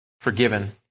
forgiven